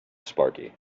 sparky